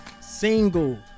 single